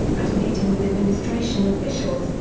at a meeting with administration officials,